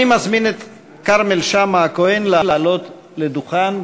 אני מזמין את כרמל שאמה-הכהן לעלות לדוכן.